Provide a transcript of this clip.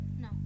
No